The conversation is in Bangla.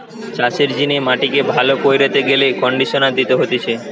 চাষের জিনে মাটিকে ভালো কইরতে গেলে কন্ডিশনার দিতে হতিছে